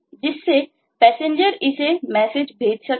जिससे Passenger इसे message भेज सकते हैं